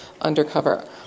undercover